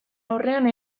aurrean